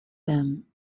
them